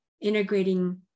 integrating